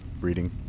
Reading